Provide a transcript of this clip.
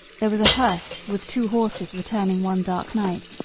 there was a hearse with two horses returning one dark night,